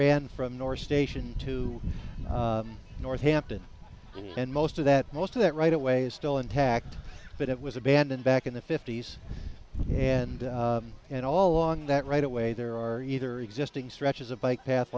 ran from north station to north hampton and most of that most of that right away is still intact but it was abandoned back in the fifty's and and all along that right away there are either existing stretches of bike path